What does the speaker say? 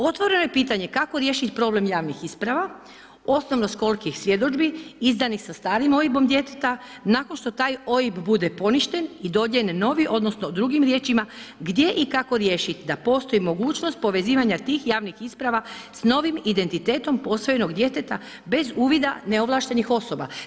Otvoreno je pitanje kako riješiti problem javnih isprava, osnovnoškolskih svjedodžbi izdanih sa starim OIB-om djeteta nakon što taj OIB bude poništen i dodijeljen novi odnosno drugim riječima, gdje i kako riješiti da postoji mogućnost povezivanja tih javnih isprava s novim identitetom posvojenog djeteta bez uvoda neovlaštenih osoba.